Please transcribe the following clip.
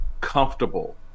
comfortable